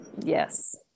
Yes